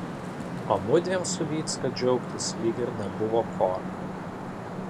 o mudviem su vycka džiaugtis lyg ir nebuvo ko